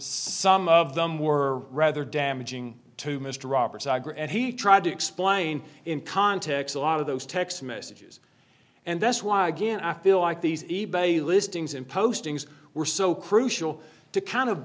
some of them were rather damaging to mr roberts and he tried to explain in context a lot of those text messages and that's why again i feel like these e bay listings and postings were so crucial to kind of